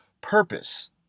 purpose